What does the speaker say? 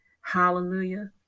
Hallelujah